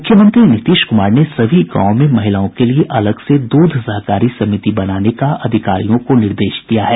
मुख्यमंत्री नीतीश कुमार ने सभी गांवों में महिलाओं के लिए अलग से द्रध सहकारी समिति बनाने का अधिकारियों को निर्देश दिया है